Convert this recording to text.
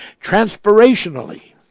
Transpirationally